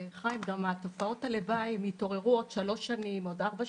תופעות הלוואי גם יתעוררו עוד שלוש-ארבע שנים,